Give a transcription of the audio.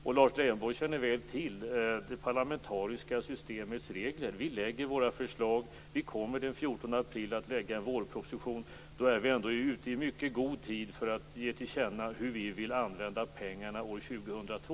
Lars Leijonborg är väl medveten om det parlamentariska systemets regler. Vi lägger fram våra förslag. Vi kommer den 14 april att lägga fram en vårproposition. Då är vi ändå ute i mycket god tid för att ge till känna hur vi vill använda pengarna år 2002.